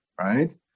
right